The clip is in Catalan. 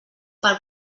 pel